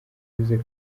azize